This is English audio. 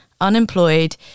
unemployed